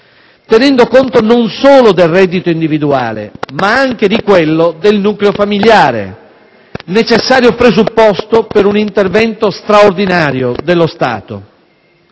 tenendo conto non solo del reddito individuale, ma anche di quello del nucleo familiare, necessario presupposto per un intervento straordinario dello Stato.